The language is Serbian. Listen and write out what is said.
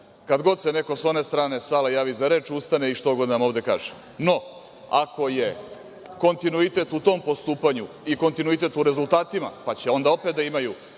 kad god se neko sa one strane sale javi za reč, ustane i štogod nam ovde kaže.No, ako je kontinuitet u tom postupanju i kontinuitet u rezultatima, pa će onda opet da imaju